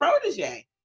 protege